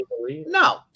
No